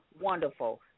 wonderful